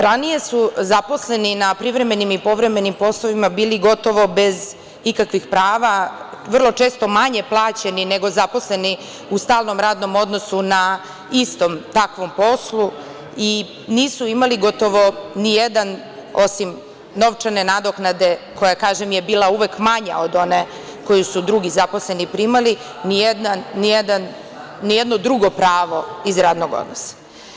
Ranije su zaposleni na privremenim i povremenim poslovima bili gotovo bez ikakvih prava, vrlo često manje plaćeni nego zaposleni u stalnom radnom odnosu na istom takvom poslu i nisu imali gotovo ni jedan, osim novčane nadoknade koja, kažem, je bila uvek manja od one koju su drugi zaposleni primali, ni jedno drugo pravo iz radnog odnosa.